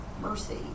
mercy